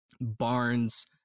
Barnes